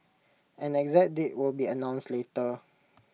an exact date will be announced later